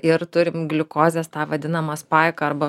ir turim gliukozės tą vadinamą spaiką arba